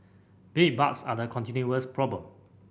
bedbugs are a continuous problem